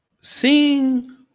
Seeing